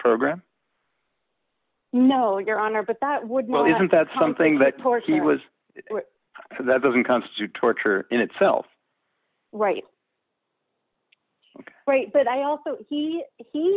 program no your honor but that would well isn't that something that course he was for that doesn't constitute torture in itself right right but i also he he